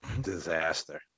Disaster